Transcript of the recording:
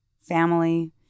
family